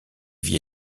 vit